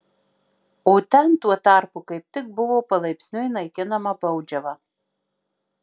o ten tuo tarpu kaip tik buvo palaipsniui naikinama baudžiava